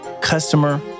customer